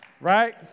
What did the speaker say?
right